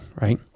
Right